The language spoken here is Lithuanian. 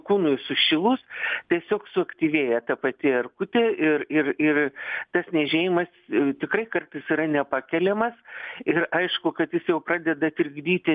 kūnui sušilus tiesiog suaktyvėja ta pati erkutė ir ir ir tas niežėjimas tikrai kartais yra nepakeliamas ir aišku kad jis jau pradeda trikdyti